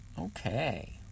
Okay